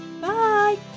bye